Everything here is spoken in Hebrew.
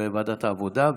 ועדת העבודה,